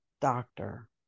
doctor